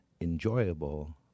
enjoyable